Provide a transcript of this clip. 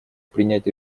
принять